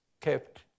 kept